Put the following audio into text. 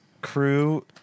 crew